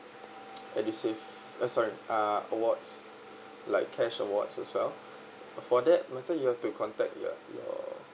edusave uh sorry uh awards like cash awards as well for that matter you have to contact your your